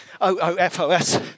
O-O-F-O-S